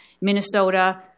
Minnesota